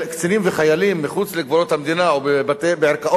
וחיילים מחוץ לגבולות המדינה או בערכאות